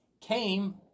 came